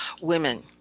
women